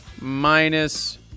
minus